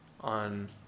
on